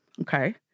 okay